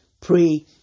Pray